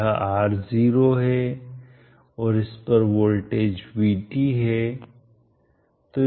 यह R0 है और उस पार वोल्टेज VT है